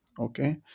Okay